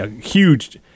huge